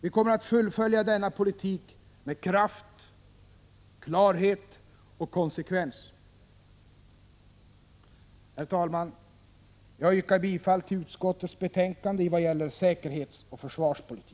Vi kommer att fullfölja denna politik med kraft, klarhet och konsekvens. Herr talman! Jag yrkar bifall till utskottets hemställan i vad det gäller säkerhetsoch försvarspolitiken.